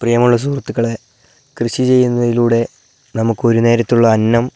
പ്രിയമുള്ള സുഹൃത്തുക്കളെ കൃഷി ചെയ്യുന്നതിലൂടെ നമുക്കൊരു നേരത്തേക്കുള്ള അന്നം